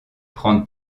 prendre